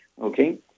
okay